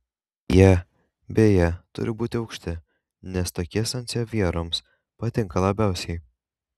jie beje turi būti aukšti nes tokie sansevjeroms patinka labiausiai